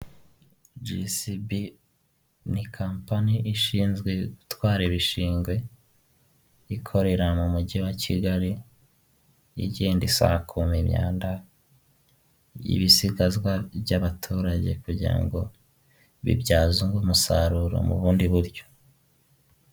Jesibi ni kampani ishinzwe gutwara ibishingwe ikorera mu mujyi wa Kigali, igenda isakuma imyanda y'ibisigazwa by'abaturage kugira ngo bibyazwe umusaruro mu bundi buryo.